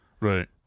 Right